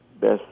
best